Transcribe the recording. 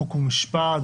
חוק ומשפט,